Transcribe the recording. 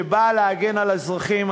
שבאה להגן על האזרחים.